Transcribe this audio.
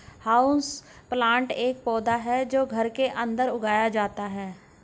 houseplant एक पौधा है जो घर के अंदर उगाया जाता है